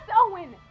Owen